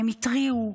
והם התריעו,